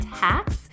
hacks